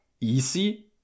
easy